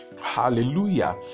Hallelujah